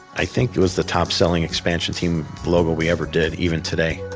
i think it was the top-selling expansion team logo we ever did, even today.